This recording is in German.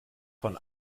von